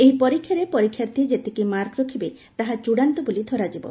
ଏହି ପରୀକ୍ଷାରେ ପରୀକ୍ଷାର୍ଥୀ ଯେତିକି ମାର୍କ ରଖିବେ ତାହା ଚିଡ଼ାନ୍ତ ବୋଲି ଧରାଯିବ